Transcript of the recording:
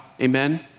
Amen